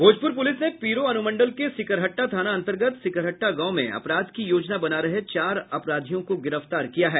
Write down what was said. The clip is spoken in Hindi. भोजपूर पूलिस ने पीरो अनुमंडल के सिकरहट्टा थाना अंतर्गत सिकरहट्टा गांव में अपराध की योजना बना रहे चार अपराधियों को गिरफ्तार किया है